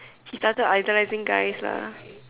he does it either as in guys lah